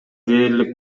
дээрлик